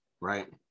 Right